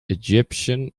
egyptian